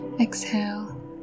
exhale